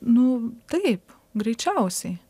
nu taip greičiausiai